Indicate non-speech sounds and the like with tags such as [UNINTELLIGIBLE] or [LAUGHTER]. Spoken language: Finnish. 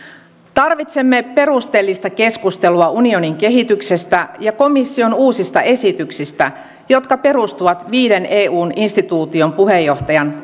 tarvitsemme perusteellista keskustelua unionin kehityksestä ja komission uusista esityksistä jotka perustuvat viiden eun instituution puheenjohtajan [UNINTELLIGIBLE]